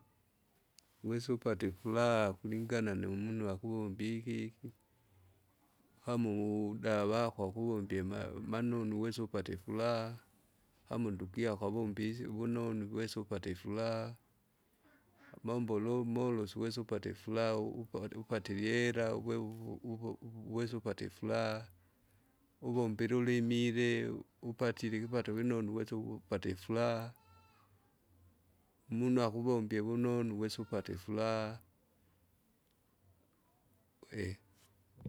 Uwesa upate ifuraha kulingana naimunu wakuwombi ikiki, kama uvu davako akuvombie ma- manonu uwesa upate ifuraha, kam undugu yako iwombisi vunonu, uwesa upate ifuraha, amambo lo- molosu uwesa upate ifuraa upate upate ilihera uwe uve uve uvesa upate ifuraha. Uvombe lulimile, upatire ikipato vinonu uwesa ukuvupata ifuraha, umunu akuvombie vunonu uwese upate ifuraha.